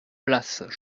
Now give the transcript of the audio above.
place